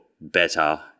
better